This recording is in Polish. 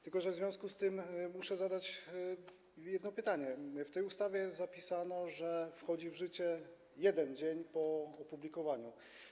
Tylko w związku z tym muszę zadać jedno pytanie: w tej ustawie jest zapisane, że wchodzi ona w życie 1 dzień po opublikowaniu.